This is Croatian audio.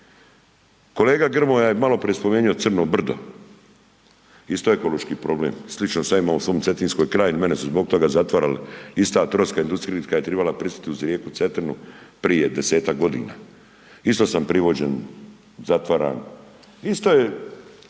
Kolega Grmoja je maloprije spomenuo crno brdo, isto ekološki problem, slično sam ja imao u svom cetinski kraj, mene su zbog toga zatvarali. Ista troska industrijska je trebala pristati uz rijeku Cetinu prije 10-ak godina, isto sam privođen, zatvaran, isto je,